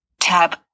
Tab